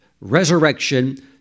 Resurrection